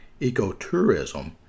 Ecotourism